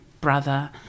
brother